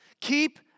Keep